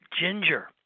ginger